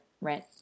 rent